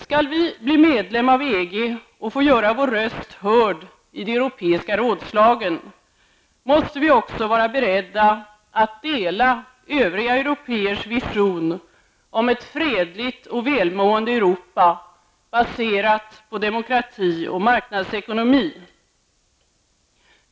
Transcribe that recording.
Skall vi bli medlem av EG och få göra vår röst hörd i de europeiska rådslagen måste vi också vara beredda att dela övriga européers vision om ett fredligt och välmående Europa baserat på demokrati och marknadsekonomi.